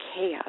chaos